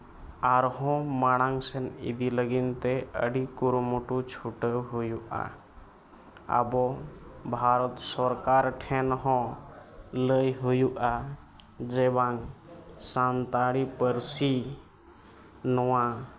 ᱟᱨᱦᱚᱸ ᱢᱟᱲᱟᱝ ᱥᱮᱫ ᱤᱫᱤ ᱞᱟᱹᱜᱤᱫᱛᱮ ᱟᱹᱰᱤ ᱠᱩᱨᱩᱢᱩᱴᱩ ᱪᱷᱩᱴᱟᱹᱣ ᱦᱩᱭᱩᱜᱼᱟ ᱟᱵᱚ ᱵᱷᱟᱨᱚᱛ ᱥᱚᱨᱠᱟᱨ ᱴᱷᱮᱱ ᱦᱚᱸ ᱞᱟᱹᱭ ᱦᱩᱭᱩᱜᱼᱟ ᱡᱮ ᱵᱟᱝ ᱥᱟᱱᱛᱟᱲᱤ ᱯᱟᱹᱨᱥᱤ ᱱᱚᱣᱟ